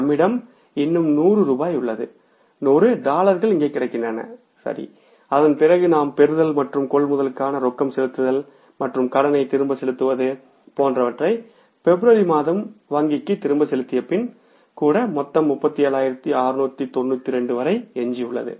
நம்மிடம் இன்னும் 100 ரூபாய் உள்ளது 100 டாலர்கள் இங்கே கிடைக்கின்றன அதன்பிறகு நாம் பெறுதல் மற்றும் கொள்முதலுக்கான ரொக்கம் செலுத்துதல் மற்றும் கடனைத் திருப்பிச் செலுத்துவது போன்றவற்றை பிப்ரவரி மாதம் வங்கிக்கு திருப்பிச் செலுத்தியபின் கூட கூ மொத்தம் 37692 வரை எஞ்சியுள்ளது